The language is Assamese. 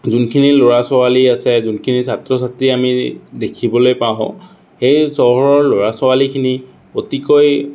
যোনখিনি ল'ৰা ছোৱালী আছে যোনখিনি ছাত্ৰ ছাত্ৰী আমি দেখিবলৈ পাওঁ সেই চহৰৰ ল'ৰা ছোৱালীখিনি অতিকৈ